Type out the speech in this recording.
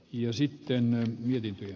ja sitten heti